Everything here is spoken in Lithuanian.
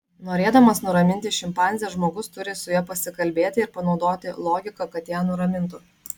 norėdamas nuraminti šimpanzę žmogus turi su ja pasikalbėti ir panaudoti logiką kad ją nuramintų